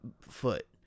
foot